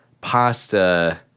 pasta